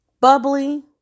bubbly